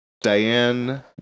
Diane